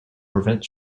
prevent